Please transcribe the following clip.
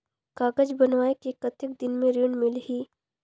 कागज बनवाय के कतेक दिन मे ऋण मिलही?